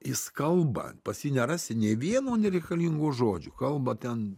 jis kalba pas jį nerasi nė vieno nereikalingo žodžio kalba ten